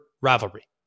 rivalry